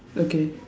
okay